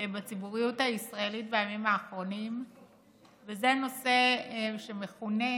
בציבוריות הישראלית בימים האחרונים וזה נושא שמכונה,